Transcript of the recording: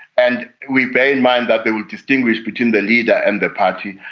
and we bear in mind that they will distinguish between the leader and the party,